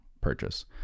purchase